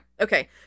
Okay